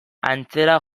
antzera